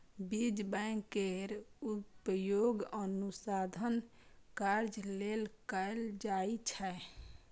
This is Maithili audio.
बीज बैंक केर उपयोग अनुसंधान कार्य लेल कैल जाइ छै